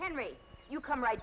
henry you come right